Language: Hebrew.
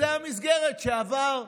זאת המסגרת שעברה.